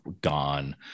gone